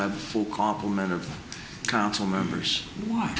have full complement of council members why